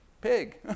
pig